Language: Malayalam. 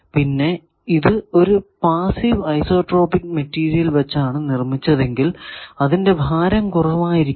പിന്നെ ഇത് ഒരു പാസ്സീവ് ഐസോട്രോപിക് മെറ്റീരിയൽ വച്ചാണ് നിർമിച്ചതെങ്കിൽ അതിന്റെ ഭാരം കുറവായിരിക്കണം